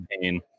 pain